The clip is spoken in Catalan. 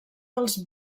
dels